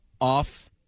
off